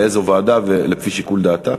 לאיזו ועדה לפי שיקול דעתה,